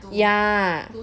ya